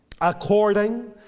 according